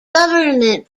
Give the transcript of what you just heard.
government